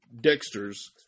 Dexter's